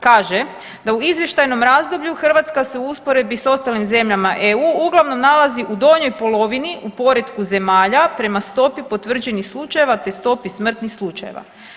Kaže da u izvještajnom razdoblju Hrvatska se u usporedbi sa ostalim zemljama EU uglavnom nalazi u donjoj polovini u poretku zemalja prema stopi potvrđenih slučajeva, te stopi smrtnih slučajeva.